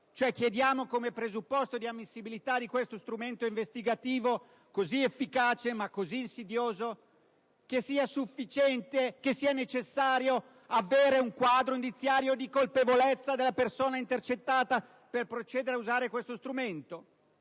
chiediamo come presupposto di ammissibilità di questo strumento investigativo, così efficace ma così insidioso, che sia necessario avere un quadro indiziario di colpevolezza della persona intercettata per procedere all'utilizzo di tale strumento?